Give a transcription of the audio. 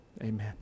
Amen